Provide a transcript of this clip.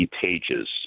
pages